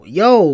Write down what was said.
yo